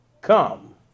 come